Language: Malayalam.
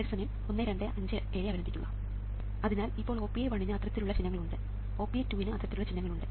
അതിനാൽ ഇപ്പോൾ OPA1 ന് അത്തരത്തിലുള്ള ചിഹ്നങ്ങൾ ഉണ്ട് OPA2 ന് അത്തരത്തിലുള്ള ചിഹ്നങ്ങൾ ഉണ്ട്